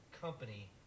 company